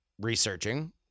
researching